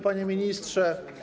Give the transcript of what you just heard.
Panie Ministrze!